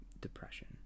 depression